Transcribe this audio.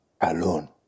alone